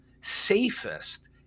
safest